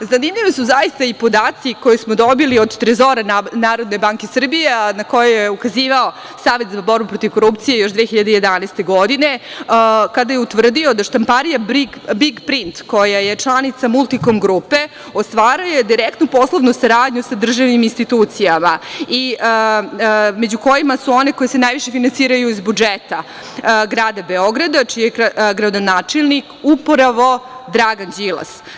Zanimljivi su zaista i podaci koje smo dobili od Trezora Narodne banke Srbije, a na koje je ukazivao Savet za borbu protiv korupcije još 2011. godine, kada je utvrdio da štamparija "Big print" koja je članica "Multikom grupe" ostvaruje direktnu poslovnu saradnju sa državnim institucijama, među kojima su one koje se najviše finansiraju iz budžeta grada Beograda, čiji je gradonačelnik upravo Dragan Đilas.